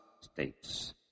states